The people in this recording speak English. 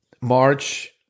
march